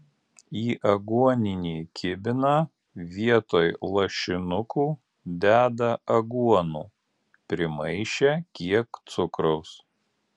į aguoninį kibiną vietoj lašinukų deda aguonų primaišę kiek cukraus